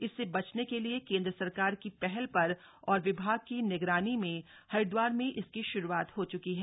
इससे बचने के लिए केंद्र सरकार की पहल पर और विभाग की निगरानी में हरिदवार में इसकी शुरुआत हो चुकी है